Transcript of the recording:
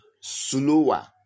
slower